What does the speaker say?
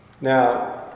Now